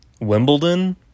Wimbledon